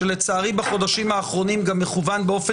שלצערי בחודשים האחרונים גם מכוון באופן